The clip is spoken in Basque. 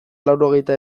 laurogeita